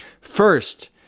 First